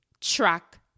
track